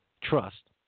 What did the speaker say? trust